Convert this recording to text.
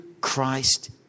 Christ